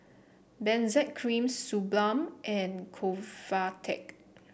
Benzac Cream Suu Balm and Convatec